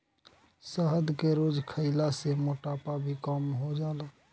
शहद के रोज खइला से मोटापा भी कम हो जाला